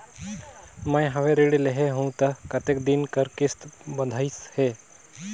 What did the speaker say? मैं हवे ऋण लेहे हों त कतेक दिन कर किस्त बंधाइस हे?